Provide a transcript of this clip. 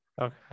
okay